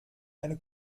eine